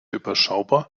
überschaubar